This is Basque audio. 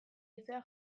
haizea